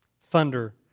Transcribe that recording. thunder